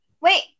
Wait